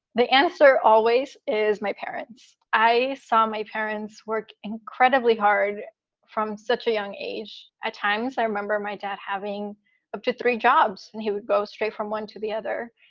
the answer always is my parents. i saw my parents work incredibly hard from such a young age. at times i remember my dad having up to three jobs and he would go straight from one to the other.